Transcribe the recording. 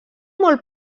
molt